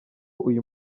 uyu